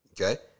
Okay